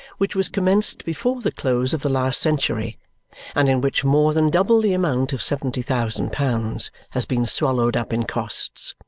which was commenced before the close of the last century and in which more than double the amount of seventy thousand pounds has been swallowed up in costs.